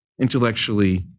intellectually